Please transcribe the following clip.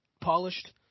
polished